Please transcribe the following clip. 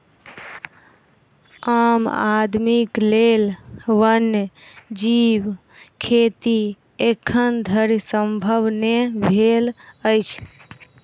आम आदमीक लेल वन्य जीव खेती एखन धरि संभव नै भेल अछि